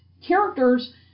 characters